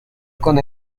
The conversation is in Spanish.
con